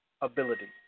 ability